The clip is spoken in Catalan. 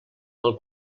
del